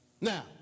Now